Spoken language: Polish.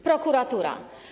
Prokuratura.